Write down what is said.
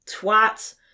twat